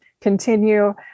continue